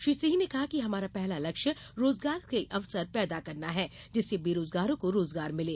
श्री सिंह ने कहा कि हमारा पहला लक्ष्य रोजगार के अवसर पैदा करना है जिससे बेरोजगारों को रोजगार मिले